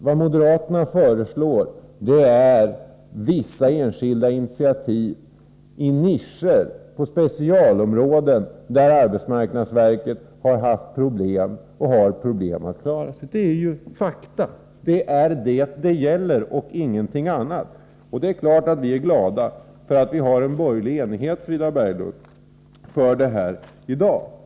Vad moderaterna föreslår är vissa enskilda initiativ i nischer på specialområden, där arbetsmarknadsverket har haft och har problem. Det är detta det gäller och ingenting annat. Det är klart att vi är glada för att vi har en borgerlig enighet på det här området.